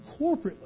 corporately